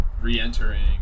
re-entering